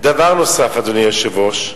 דבר נוסף, אדוני היושב-ראש,